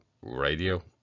radio